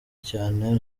cyane